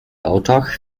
oczach